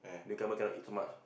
newcomer cannot eat so much